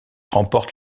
remporte